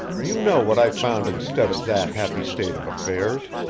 you know what i found instead of that happy state of affairs.